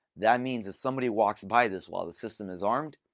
that means if somebody walks by this while the system is armed,